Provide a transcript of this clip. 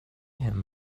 him